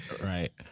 Right